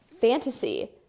Fantasy